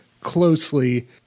closely